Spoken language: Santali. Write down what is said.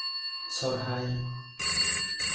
ᱥᱚᱦᱨᱟᱭ